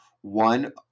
One